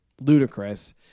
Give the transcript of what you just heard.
ludicrous